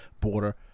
border